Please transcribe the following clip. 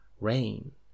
rain